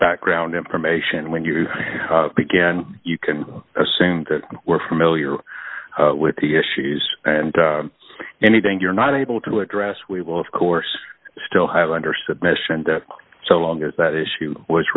background information when you began you can assume that we're familiar with the issues and anything you're not able to address we will of course still have under submission and so long as that issue was